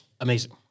amazing